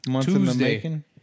Tuesday